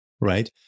right